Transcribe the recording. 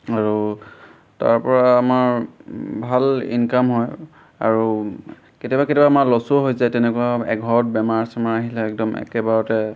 আৰু তাৰপৰা আমাৰ ভাল ইনকাম হয় আৰু কেতিয়াবা কেতিয়াবা আমাৰ লচো হৈ যায় তেনেকুৱা এঘৰত বেমাৰ চেমাৰ আহিলে একদম একেবাৰতে